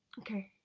okay.